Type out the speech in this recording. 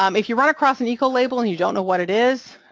um if you run across an ecolabel, and you don't know what it is,